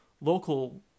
local